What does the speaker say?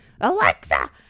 Alexa